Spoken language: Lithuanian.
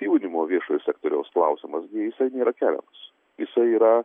jaunimo viešojo sektoriaus klausimas gi jisai nėra keliamas jisai yra